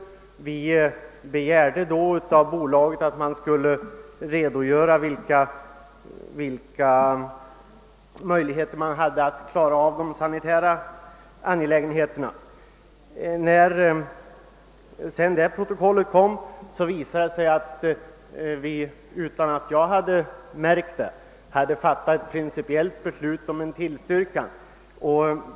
Vi begärde av bolaget att det skulle redogöra för vilka möjligheter det fanns att klara av de sanitära angelägenheterna. När sedan protokollet kom, visade det sig att vi, utan att jag märkt det, hade fattat principbeslut om ett tillstyrkande.